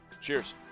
Cheers